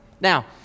Now